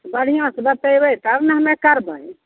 बढ़िआँसँ बतेबै तब ने हमे करबै